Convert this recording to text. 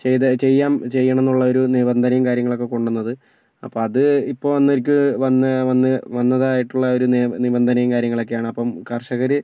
ഇത് ചെയ്യാം ചെയ്യണം എന്ന് ഉള്ള ഒരു നിബന്ധനയും കാര്യങ്ങളൊക്കെ കൊണ്ട് വന്നത് അപ്പോൾ അത് ഇപ്പോൾ വന്ന് വന്ന് വന്നതായിട്ടുള്ള ഒരു നി നിബന്ധനയും കാര്യങ്ങളൊക്കെയാണ് അപ്പോൾ കർഷകർ